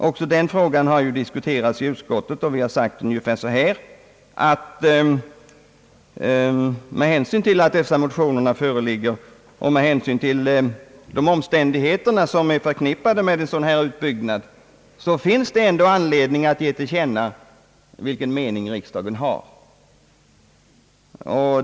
Också den synpunkten har diskuterats i utskottet som därvid menat, att med hänsyn till att dessa motioner föreligger och med hänsyn till alla de omständigheter, som är förknippade med en sådan här utbyggnad, finns det ändå anledning att tillkännage vilken mening riksdagen har.